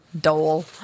dole